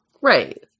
Right